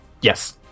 Yes